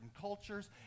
cultures